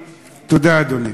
תודה, אדוני.